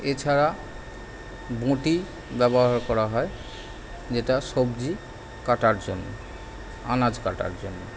এছাড়া বঁটি ব্যবহার করা হয় যেটা সবজি কাটার জন্য আনাজ কাটার জন্য